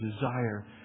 desire